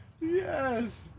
Yes